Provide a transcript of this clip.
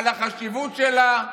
על החשיבות שלה.